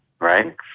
Right